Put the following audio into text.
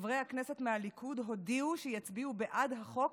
חברי הכנסת מהליכוד הודיעו שיצביעו בעד החוק